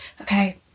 okay